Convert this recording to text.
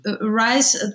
rise